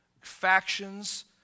factions